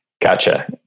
Gotcha